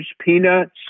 peanuts